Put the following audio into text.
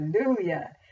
Hallelujah